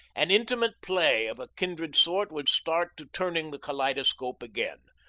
an intimate play of a kindred sort would start to turning the kaleidoscope again,